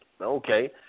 Okay